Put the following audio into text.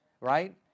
right